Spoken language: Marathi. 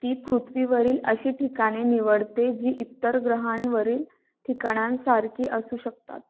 ती पृथ्वीवरील अशी ठिकाणे निवडते जी इतर ग्रहांवरील ठिकाणांसारखी असू शकतात